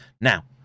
Now